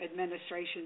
administration